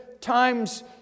times